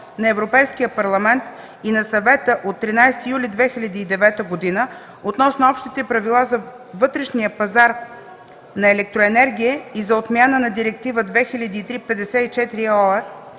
на Европейския парламент и на Съвета от 13 юли 2009 г. относно общите правила за вътрешния пазар на електроенергия и за отмяна на Директива 2003/54/ЕО